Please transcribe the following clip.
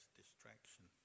distraction